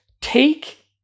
Take